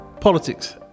politics